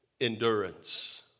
endurance